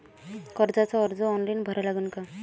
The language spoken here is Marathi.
कर्जाचा अर्ज ऑनलाईन भरा लागन का?